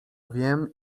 wiem